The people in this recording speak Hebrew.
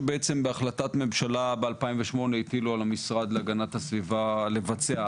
שבעצם בהחלטת ממשלה ב-2008 הטילו על המשרד להגנת הסביבה לבצע,